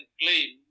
claim